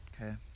Okay